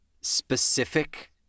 specific